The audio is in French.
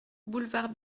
boulevard